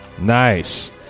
Nice